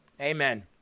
Amen